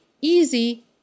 easy